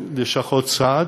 לשכות הסעד,